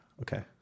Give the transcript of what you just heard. okay